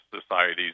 societies